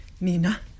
Nina